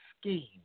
scheme